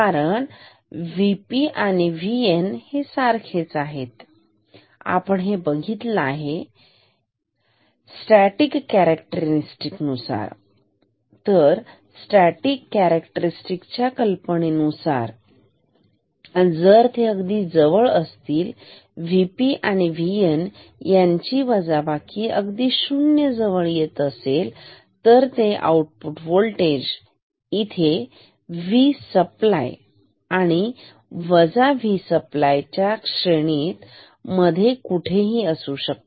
कारण VP आणि VN हे समान आहेत सारखे आणि आपण हे बघितले आहे स्टॅटिक कॅरेक्टरस्टिक नुसार स्टॅटिक कॅरेक्टरस्टिक च्या कल्पने नुसार जर हे अगदीच जवळ असतील VP आणि VN यांची वजाबाकी अगदी शून्य जवळ येत असेल तर हे आउटपुट वोल्टेज इथे V सप्लाय आणि वजा V सप्लाय च्या श्रेणीत मध्ये कुठेही असू शकते